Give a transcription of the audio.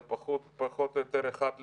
זה פחות או יותר 1 ל-7.